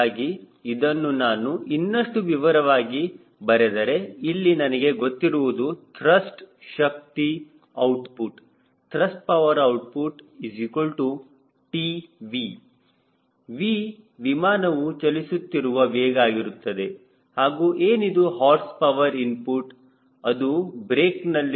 ಹೀಗಾಗಿ ಇದನ್ನು ನಾನು ಇನ್ನಷ್ಟು ವಿವರವಾಗಿ ಬರೆದರೆ ಇಲ್ಲಿ ನನಗೆ ಗೊತ್ತಿರುವುದು ತ್ರಸ್ಟ್ ಶಕ್ತಿ output Thrust power output TV V ವಿಮಾನವು ಚಲಿಸುತ್ತಿರುವ ವೇಗ ಆಗಿರುತ್ತದೆ ಹಾಗೂ ಏನಿದು ಹಾರ್ಸ್ ಪವರ್ ಇನ್ಪುಟ್